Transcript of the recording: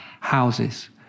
houses